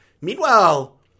Meanwhile